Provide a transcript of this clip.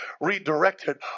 redirected